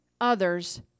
others